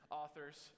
authors